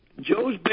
Joe's